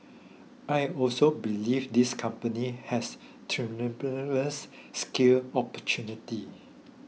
I also believe this company has tremendous scale opportunity